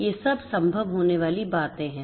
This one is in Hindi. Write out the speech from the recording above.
ये सब संभव होने वाली बातें हैं